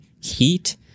heat